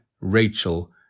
Rachel